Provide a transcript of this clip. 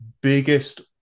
biggest